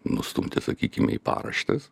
nustumti sakykime į paraštes